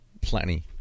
Plenty